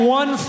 one